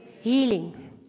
healing